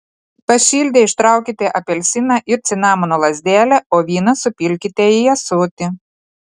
pašildę ištraukite apelsiną ir cinamono lazdelę o vyną supilkite į ąsotį